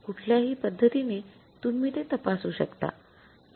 कुठल्याही पद्धतीने तुम्ही ते तपासू शकता